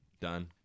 Done